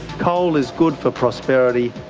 coal is good for prosperity.